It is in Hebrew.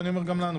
ואני אומר גם לנו,